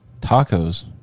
Tacos